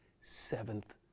seventh